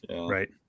right